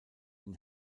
den